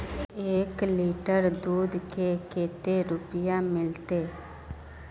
एक लीटर दूध के कते रुपया मिलते?